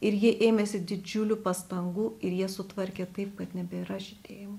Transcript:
ir jie ėmėsi didžiulių pastangų ir jie sutvarkė taip kad nebėra žydėjimo